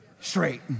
Straight